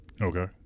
Okay